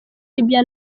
libiya